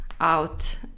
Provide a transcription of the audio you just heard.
out